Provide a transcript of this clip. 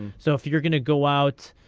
so if you're gonna go out.